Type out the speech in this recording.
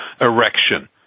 erection